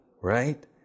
right